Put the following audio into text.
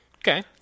Okay